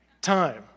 time